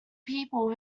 people